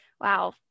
Wow